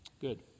Good